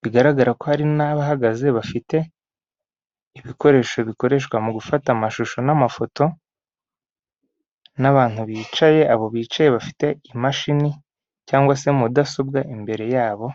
bigaragara ko hari n'abahagaze bafite ibikoresho bikoreshwa mu gufata amashusho n'amafoto, n'abantu bicaye, abo bicaye bafite imashini cyangwa se mudasobwa imbere yabo,...